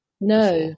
No